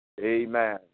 Amen